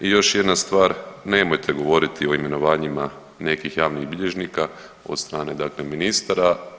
I još jedna stvar, nemojte govoriti o imenovanjima nekih javnih bilježnika od strane, dakle ministara.